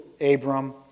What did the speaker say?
Abram